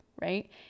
right